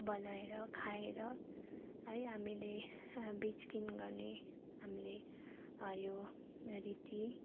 बनाएर खाएर है हामीले बेच किन गर्ने हामीले यो रीति